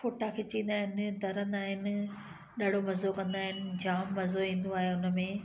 फ़ोटा खिचींदा आहिनि तरंदा आहिनि ॾाढो मज़ो कंदा आहिनि जाम मज़ो ईंदो आहे उनमें